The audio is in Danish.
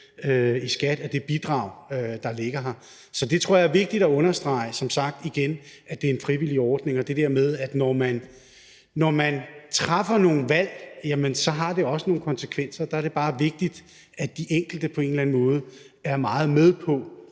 i skat af det bidrag, der ligger. Så det tror jeg som sagt igen er vigtigt at understrege: Det er en frivillig ordning, og når man træffer nogle valg, har det også nogle konsekvenser. Der er det bare vigtigt, at de enkelte på en eller anden måde er meget med på,